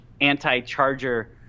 anti-Charger